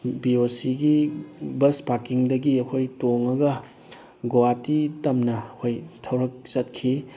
B ꯑꯣ ꯁꯤꯒꯤ bus ꯄꯥꯔꯀꯤꯡꯗꯒꯤ ꯑꯩꯈꯣꯏ ꯇꯣꯡꯉꯒ ꯒꯧꯍꯥꯇꯤ ꯇꯝꯅ ꯑꯩꯈꯣꯏ ꯊꯧꯔꯛꯆꯈꯤ